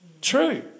True